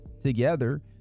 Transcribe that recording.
together